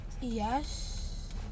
Yes